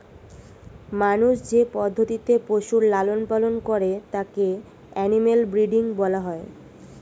মানুষ যে পদ্ধতিতে পশুর লালন পালন করে তাকে অ্যানিমাল ব্রীডিং বলা হয়